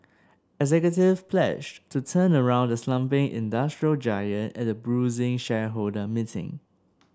executives pledged to turn around the slumping industrial giant at a bruising shareholder meeting